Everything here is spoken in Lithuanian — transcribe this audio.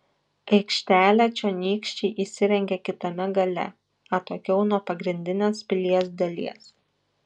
aikštelę čionykščiai įsirengė kitame gale atokiau nuo pagrindinės pilies dalies